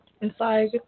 Inside